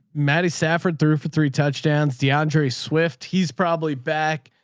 maddie safford threw for three touchdowns. deandre swift. he's probably back.